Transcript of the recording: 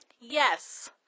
Yes